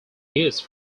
used